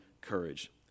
courage